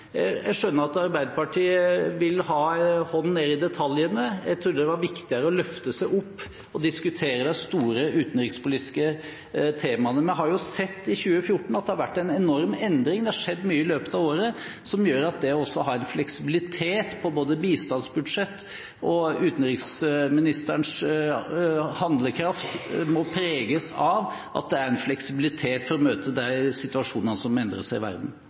jeg skjønner at Arbeiderpartiet vil ha en hånd ned i detaljene, jeg trodde det var viktigere å løfte seg opp og diskutere de store utenrikspolitiske temaene. Vi har i 2014 sett at det har vært en enorm endring, det har skjedd mye i løpet av året som gjør at bistandsbudsjettet og utenriksministerens handlekraft må preges av at det er en fleksibilitet, for å møte de endrede situasjonene i verden.